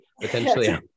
potentially